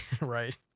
right